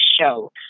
show